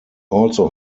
also